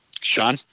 Sean